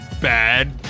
Bad